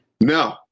No